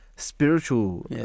spiritual